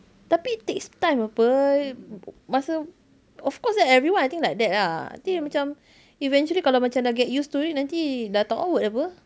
tapi it takes time apa masa of course like everyone I think like that lah I think macam eventually kalau macam dah get used to it nanti dah tak awkward apa